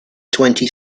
twenty